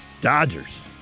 Dodgers